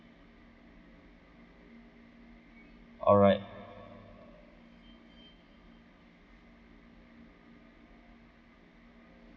alright